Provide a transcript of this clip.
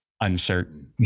uncertain